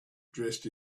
dressed